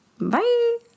Bye